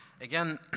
again